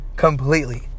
completely